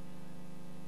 למניינם.